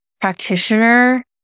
practitioner